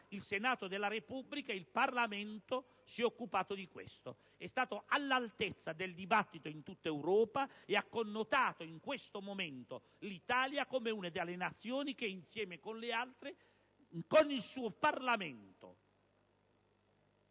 il Senato della Repubblica, il Parlamento si è occupato di questo: è stato all'altezza del dibattito in tutta Europa ed ha connotato in questo momento l'Italia come una delle Nazioni che, insieme con le altre, con il suo Parlamento